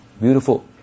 beautiful